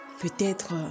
peut-être